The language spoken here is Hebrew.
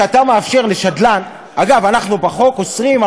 הם מנסים לשנות ולהשפיע על